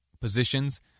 positions